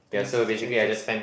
things changes